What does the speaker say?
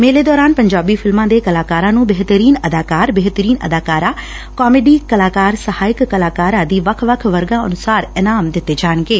ਮੇਲੇ ਦੌਰਾਨ ਪੰਜਾਬੀ ਫਿਲਮਾਂ ਦੇ ਕਲਾਕਾਰਾਂ ਨੂੰ ਬੇਹਤਰੀਨ ਅਦਾਕਾਰ ਬੇਹਤਰੀਨ ਅਦਾਕਾਰਾਂ ਕਾਮੇਡੀ ਕਲਾਕਾਰ ਸਹਾਇਕ ਕਲਾਕਾਰ ਆਦਿ ਵੱਖ ਵੱਖ ਵਰਗਾਂ ਅਨੁਸਾਰ ਇਨਾਮ ਦਿੱਤੇ ਜਾਣਗੇ